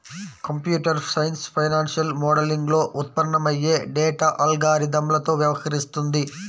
computer science financial మోడలింగ్లో ఉత్పన్నమయ్యే data అల్గారిథమ్లతో వ్యవహరిస్తుంది